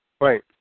Right